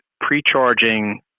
pre-charging